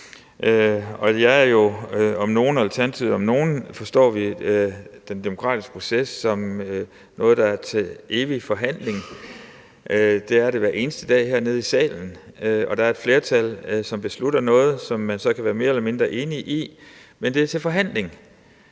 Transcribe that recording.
Jeg og Alternativet om nogen forstår jo den demokratiske proces som noget, der er til evig forhandling. Det er den hver eneste dag hernede i salen, og der er et flertal, som beslutter noget, som man så kan være mere eller mindre enig i, men det er til forhandling.